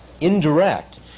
indirect